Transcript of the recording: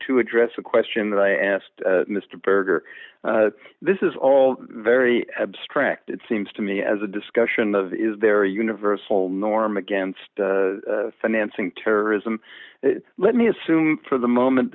to address a question that i asked mr berger this is all very abstract it seems to me as a discussion of is there a universal norm against financing terrorism let me assume for the moment